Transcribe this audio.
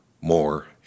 more